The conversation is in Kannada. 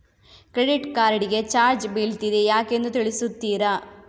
ಕ್ರೆಡಿಟ್ ಕಾರ್ಡ್ ಗೆ ಚಾರ್ಜ್ ಬೀಳ್ತಿದೆ ಯಾಕೆಂದು ತಿಳಿಸುತ್ತೀರಾ?